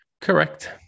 Correct